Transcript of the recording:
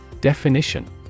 Definition